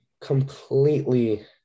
completely